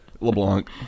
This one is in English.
LeBlanc